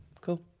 cool